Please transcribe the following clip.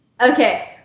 Okay